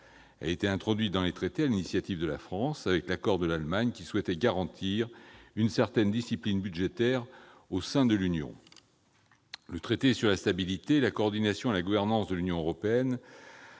celle-ci a été introduite dans les traités sur l'initiative de la France, avec l'accord de l'Allemagne, qui souhaitait garantir une certaine discipline budgétaire au sein de l'Union. Le traité sur la stabilité, la coordination et la gouvernance de l'Union européenne,